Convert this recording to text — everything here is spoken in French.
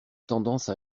tendance